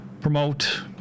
promote